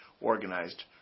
organized